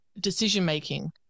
decision-making